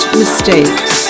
mistakes